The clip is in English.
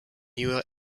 newer